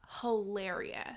hilarious